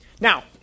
Now